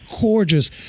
gorgeous